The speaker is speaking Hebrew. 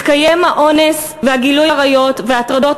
מתקיימים האונס וגילוי עריות והטרדות